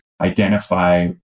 identify